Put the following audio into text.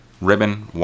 ribbon